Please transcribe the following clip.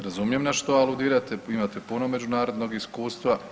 Razumijem na što aludirate, imate puno međunarodnog iskustva.